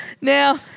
Now